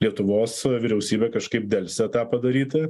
lietuvos vyriausybė kažkaip delsia tą padaryti